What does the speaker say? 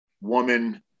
woman